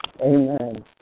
Amen